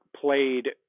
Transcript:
played